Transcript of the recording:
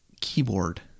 keyboard